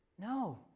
No